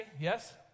yes